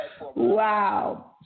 Wow